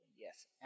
Yes